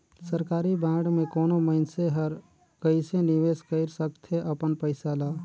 सरकारी बांड में कोनो मइनसे हर कइसे निवेश कइर सकथे अपन पइसा ल